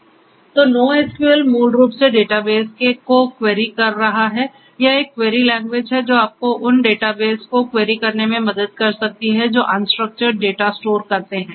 तो NoSQL मूल रूप से डेटाबेस को क्वेरी कर रहा हैयह एक क्वेरी लैंग्वेज है जो आपको उन डेटाबेस को क्वेरी करने में मदद कर सकती है जो अनस्ट्रक्चर्ड डेटा स्टोर करते हैं